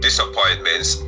Disappointments